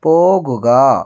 പോകുക